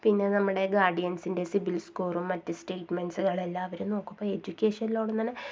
പിന്നെ നമ്മുടെ ഗാഡിയൻസിൻ്റെ സിബിൽ സ്കോറും മറ്റ് സ്റ്റേറ്റ്മെൻറ്റ്സ്കൾ എല്ലാം അവർ നോക്കും അപ്പോൾ എഡ്യൂക്കേഷൻ ലോണെന്ന് പറഞ്ഞാൽ